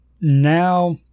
now